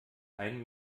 ein